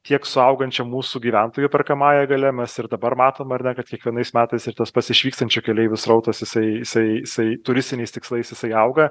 tiek su augančia mūsų gyventojų perkamąja galia mes ir dabar matom ar ne kad kiekvienais metais ir tas pats išvykstančių keleivių srautas jisai jisai jisai turistiniais tikslais jisai auga